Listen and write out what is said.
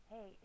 Hey